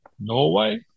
Norway